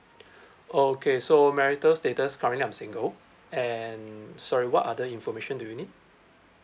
okay so marital status currently I'm single and sorry what other information do you need